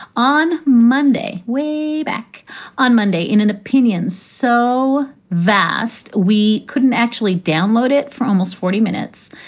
on monday, we back on monday in an opinion so vast we couldn't actually download it for almost forty minutes.